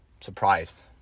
surprised